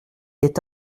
est